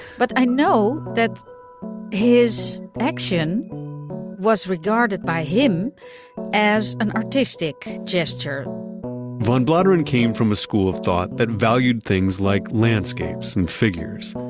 but i know that his action was regarded by him as an artistic gesture van bladeren came from a school of thought that valued things like landscapes and figures.